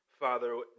Father